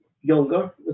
younger